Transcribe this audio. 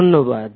ধন্যবাদ